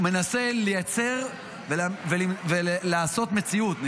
מנסה לייצר, לבנות מציאות.